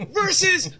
versus